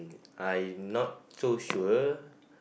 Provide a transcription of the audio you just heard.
I'm not so sure